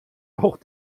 auch